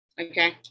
Okay